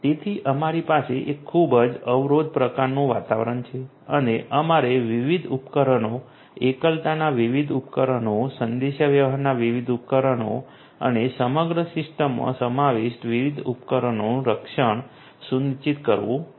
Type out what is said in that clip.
તેથી અમારી પાસે એક ખૂબ જ અવરોધક પ્રકારનું વાતાવરણ છે અને અમારે વિવિધ ઉપકરણો એકલતાના વિવિધ ઉપકરણો સંદેશાવ્યવહારના વિવિધ ઉપકરણો અને સમગ્ર સિસ્ટમમાં સમાવિષ્ટ વિવિધ ઉપકરણોનું રક્ષણ સુનિશ્ચિત કરવું છે